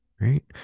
Right